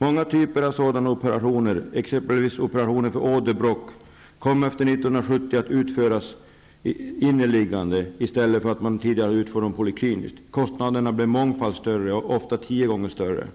Många typer av sådana operationer, exempelvis operationer för åderbråck, kom efter 1970 att utföras på patienter som var inlagda, i stället för polykliniskt, som tidigare. Kostnaderna blev mångfalt större, ofta tiodubblade.